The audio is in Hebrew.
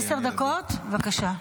דקות, בבקשה.